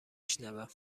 شنوم